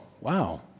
wow